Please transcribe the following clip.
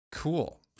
Cool